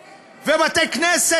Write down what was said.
ובתי-כנסת.